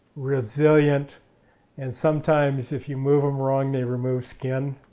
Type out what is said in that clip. resilient and sometimes if you move them wrong they remove skin,